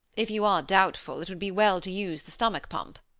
if you are doubtful, it would be well to use the stomach-pump.